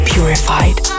Purified